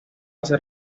hace